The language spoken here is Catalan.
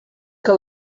que